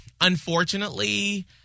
unfortunately